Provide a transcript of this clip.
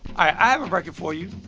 i have record for you.